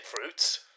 fruits